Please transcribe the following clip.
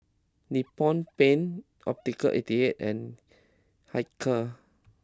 Nippon Paint Optical eighty eight and Hilker